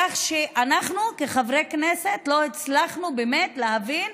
כך שאנחנו כחברי כנסת לא הצלחנו באמת להבין: